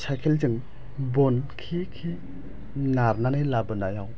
साइकेलजों बन के के नारनानै लाबोनायाव